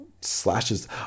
Slashes